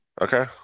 Okay